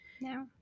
No